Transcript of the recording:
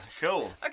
Cool